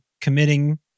committing